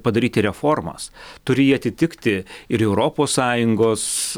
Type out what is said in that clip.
padaryti reformas turi ji atitikti ir europos sąjungos